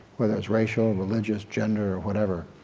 whether it's racial, religious, gender or whatever,